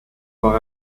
war